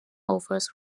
offers